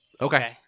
Okay